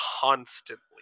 constantly